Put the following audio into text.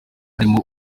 barimo